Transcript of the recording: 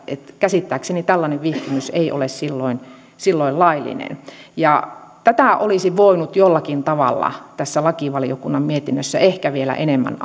käsittääkseni tällainen vihkimys ei ole silloin silloin laillinen tätä olisi voinut jollakin tavalla tässä lakivaliokunnan mietinnössä ehkä vielä enemmän